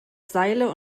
seile